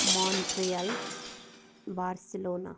Montreal Barcelona